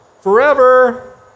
Forever